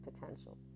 potential